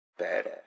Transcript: Badass